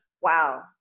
Wow